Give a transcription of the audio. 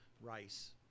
rice